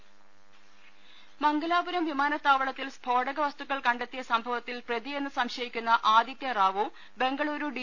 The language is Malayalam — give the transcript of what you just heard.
ദേദ മംഗലാപുരം വിമാനത്താവളത്തിൽ സ്ഫോടക വസ്തുക്കൾ കണ്ടെത്തിയ സംഭവത്തിൽ പ്രതിയെന്ന് സംശയിക്കുന്ന ആദിത്യ റാവു ബംഗളുരു ഡി